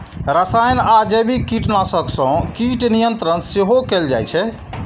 रसायन आ जैविक कीटनाशक सं कीट नियंत्रण सेहो कैल जाइ छै